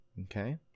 Okay